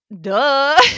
duh